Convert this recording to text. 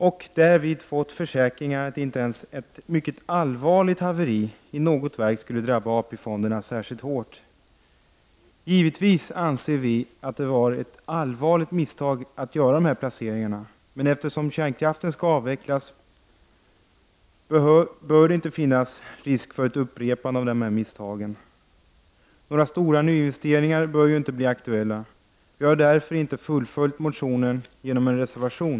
Vi har fått försäkringar om att inte ens ett mycket allvarligt haveri i något verk skulle drabba AP-fonderna särskilt hårt. Givetvis anser vi i miljöpartiet att det var ett allvarligt misstag att göra dessa placeringar, men eftersom kärnkraften skall avvecklas bör det inte finnas risk för ett upprepande av dessa misstag. Några stora nyinvesteringar bör inte bli aktuella. Vi har ju därför inte någon reservation.